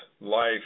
life